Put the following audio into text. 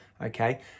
Okay